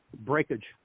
breakage